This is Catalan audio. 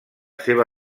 seva